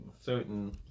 certain